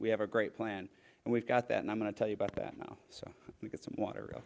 we have a great plan and we've got that and i'm going to tell you about that now so we get some water